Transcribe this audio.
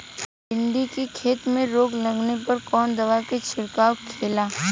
भिंडी की खेती में रोग लगने पर कौन दवा के छिड़काव खेला?